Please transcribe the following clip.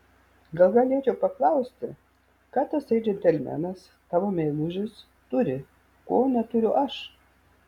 gal galėčiau paklausti ką tasai džentelmenas tavo meilužis turi ko neturiu aš